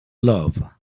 love